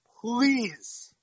please